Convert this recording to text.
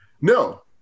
No